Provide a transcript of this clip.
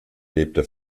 lebte